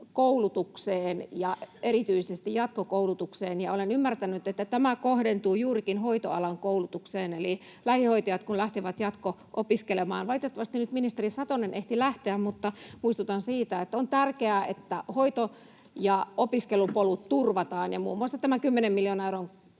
koulutukseen ja erityisesti jatkokoulutukseen, ja olen ymmärtänyt, että tämä kohdentuu juurikin hoitoalan koulutukseen, eli kun lähihoitajat lähtevät jatko-opiskelemaan... — Valitettavasti nyt ministeri Satonen ehti lähteä, mutta muistutan siitä, että on tärkeää, että hoito ja opiskelupolut turvataan, ja muun muassa tämä kymmenen miljoonan